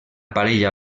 parella